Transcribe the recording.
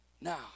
Now